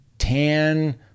Tan